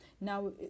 now